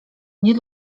nie